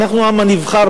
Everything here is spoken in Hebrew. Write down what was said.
אנחנו העם הנבחר,